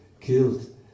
killed